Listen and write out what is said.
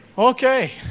Okay